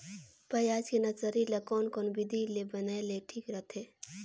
पियाज के नर्सरी ला कोन कोन विधि ले बनाय ले ठीक रथे?